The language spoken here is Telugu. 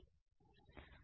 విద్యార్థి గ్రీన్ ఫంక్షన్